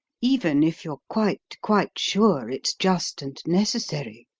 even if you're quite, quite sure it's just and necessary